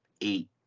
eight